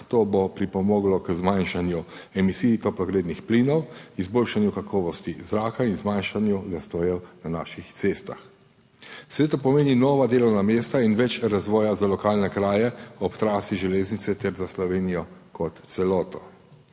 To bo pripomoglo k zmanjšanju emisij toplogrednih plinov, izboljšanju kakovosti zraka in zmanjšanju zastojev na naših cestah. Seveda to pomeni nova delovna mesta in več razvoja za lokalne kraje ob trasi železnice ter za Slovenijo kot celoto.